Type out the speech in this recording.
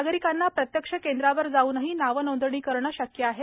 नागरिकांना प्रत्यक्ष केंद्रावर जाऊनही नावनोंदणी करणं शक्य आहे